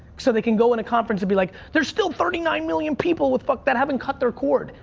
so they can go in a conference and be like, there's still thirty nine million people with fuck that haven't cut their cord.